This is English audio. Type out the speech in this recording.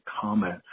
comment